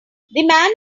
man